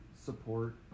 support